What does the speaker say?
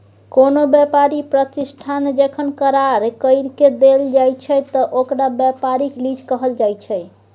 कोनो व्यापारी प्रतिष्ठान जखन करार कइर के देल जाइ छइ त ओकरा व्यापारिक लीज कहल जाइ छइ